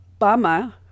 Bama